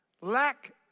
Lack